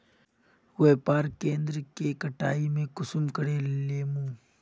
व्यापार केन्द्र के कटाई में कुंसम करे लेमु?